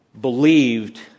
believed